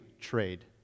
trade